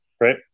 Right